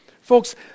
Folks